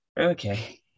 okay